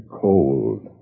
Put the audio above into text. cold